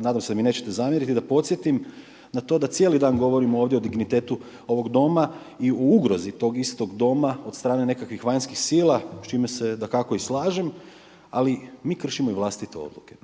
nadam se da mi nećete zamjeriti da podsjetim na to da cijeli dan govorimo ovdje o dignitetu ovog Doma i o ugrozi tog istog Doma od strane nekakvih vanjskih sila s čime se dakako i slažem ali mi kršimo i vlastite odluke.